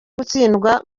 gutsindwa